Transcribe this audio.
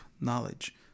knowledge